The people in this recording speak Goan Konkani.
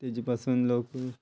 तेजे पासून लोक